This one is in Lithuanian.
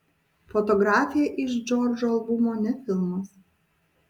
fotografija iš džordžo albumo ne filmas